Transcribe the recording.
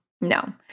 No